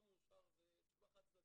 לא מאושר זה תשובה חד צדדית.